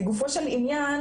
לגופו של ענין,